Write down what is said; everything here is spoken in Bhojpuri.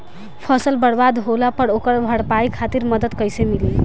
फसल बर्बाद होला पर ओकर भरपाई खातिर मदद कइसे मिली?